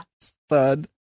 Stud